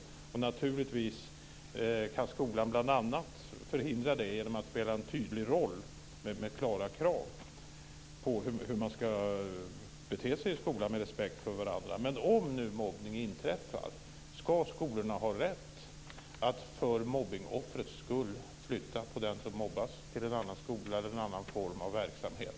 Och naturligtvis kan skolan förhindra det bl.a. genom att spela en tydlig roll med klara krav när det gäller hur man ska bete sig i skolan med respekt för varandra. Men om nu mobbning inträffar, ska skolorna då ha rätt att för mobbningsoffrets skull flytta på den som mobbar till en annan skola eller någon annan form av verksamhet?